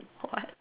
what